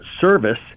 service